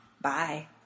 Bye